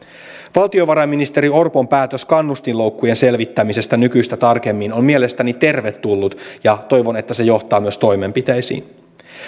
valtiovarainministeri orpon päätös kannustinloukkujen selvittämisestä nykyistä tarkemmin on mielestäni tervetullut ja toivon että se myös johtaa toimenpiteisiin